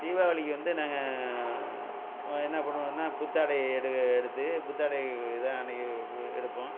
தீபாவளிக்கு வந்து நாங்கள் என்ன பண்ணுவோம்னா புத்தாடை எடு எடுத்து புத்தாடை தான் எடுப்போம்